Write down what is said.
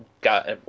got